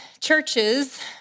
churches